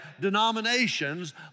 denominations